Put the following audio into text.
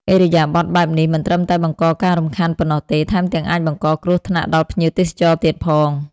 ឥរិយាបថបែបនេះមិនត្រឹមតែបង្កការរំខានប៉ុណ្ណោះទេ ថែមទាំងអាចបង្កគ្រោះថ្នាក់ដល់ភ្ញៀងទេសចរទៀតផង។